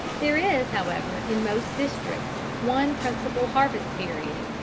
there is, however, in most districts one principal harvest period,